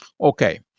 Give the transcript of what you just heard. Okay